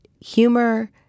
humor